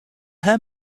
her